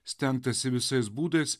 stengtasi visais būdais